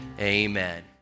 amen